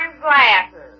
glasses